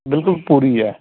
ਬਿਲਕੁਲ ਪੂਰੀ ਹੈ